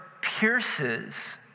pierces